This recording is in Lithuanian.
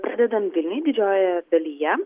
pradedant vilniuj didžiojoje dalyje